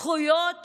זכויות